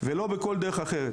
ולא בכל דרך אחרת.